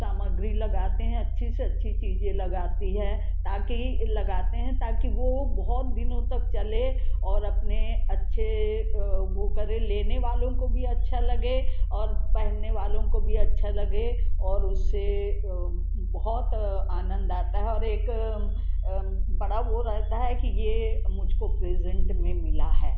सामग्री लगाते हैं अच्छी से अच्छी चीज़ें लगाती है ताकि लगाते हैं ताकि वो बहुत दिनों चले और अपने अच्छे वो करें लेने वालों को भी अच्छा लगे और पहनने वालों को भी अच्छा लगे और उससे बहुत आनंद आता है और एक बड़ा वो रहता है कि ये मुझको प्रेज़ेंट में मिला है